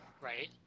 Right